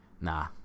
nah